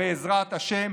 בעזרת השם,